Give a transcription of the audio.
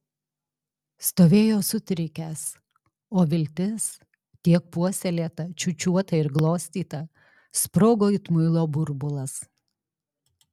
stovėjo sutrikęs o viltis tiek puoselėta čiūčiuota ir glostyta sprogo it muilo burbulas